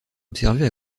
observé